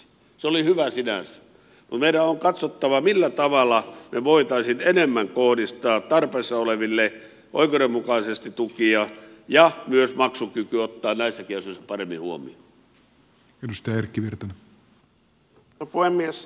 se oli hyvä sinänsä mutta meidän on katsottava millä tavalla me voisimme enemmän kohdistaa tarpeessa oleville oikeudenmukaisesti tukia ja myös maksukyvyn ottaa näissäkin asioissa paremmin huomioon